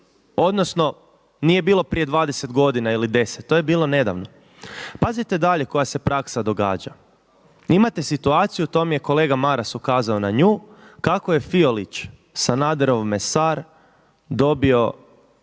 odnosno nije bilo prije 20 godina ili 10, to je bilo nedavno. Pazite dalje koja se praksa događa. Imate situaciju, to mi je kolega Maras ukazao na nju, kako je Fiolić, Sanaderov mesar dobio